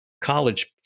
College